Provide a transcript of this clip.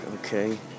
okay